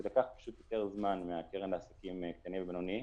זה לקח יותר זמן מהקרן לעסקים קטנים ובינוניים.